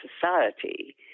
society